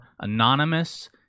Anonymous